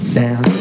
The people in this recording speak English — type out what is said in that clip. down